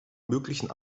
möglichen